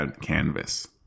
canvas